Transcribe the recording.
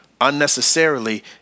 unnecessarily